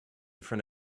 front